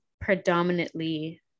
predominantly